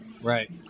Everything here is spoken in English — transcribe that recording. Right